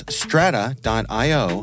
strata.io